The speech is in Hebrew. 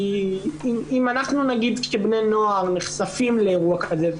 אם אנחנו נגיד שבני נוער נחשפים לאירוע כזה,